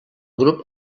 grup